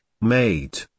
made